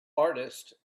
artist